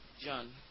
John